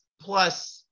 plus